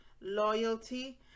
loyalty